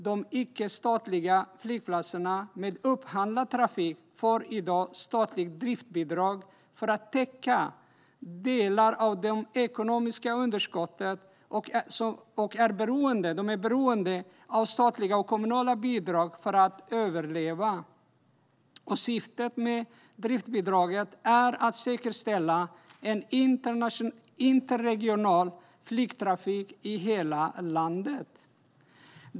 De icke-statliga flygplatserna med upphandlad trafik får i dag statligt driftsbidrag för att täcka delar av det ekonomiska underskottet och är beroende av statliga och kommunala bidrag för att överleva. Syftet med driftsbidraget är att säkerställa en interregional flygtrafik i hela landet.